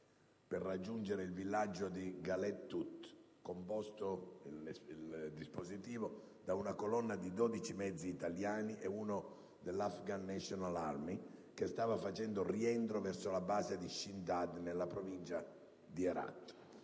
e costanza), si è mosso un dispositivo composto da una colonna di 12 mezzi italiani e uno della *Afghan National Army* che stava facendo rientro verso la base di Shindand, nella provincia di Herat.